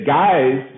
guys